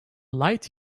light